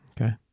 Okay